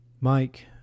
Mike